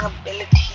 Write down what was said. ability